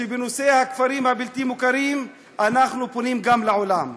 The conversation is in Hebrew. שבנושא הכפרים הבלתי-מוכרים אנחנו פונים גם לעולם.